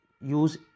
use